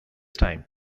time